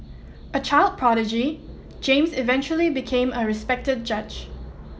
a child prodigy James eventually became a respected judge